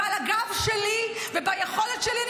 ועל הגב שלי וביכולת שלי.